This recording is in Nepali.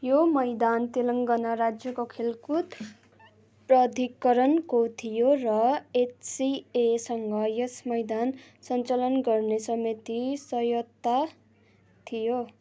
यो मैदान तेलङ्गाना राज्यको खेलकुद प्राधिकरणको थियो र एचसिएसँग यस मैदान सञ्चालन गर्ने सीमित स्वायत्तता थियो